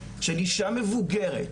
של אישה מבוגרת,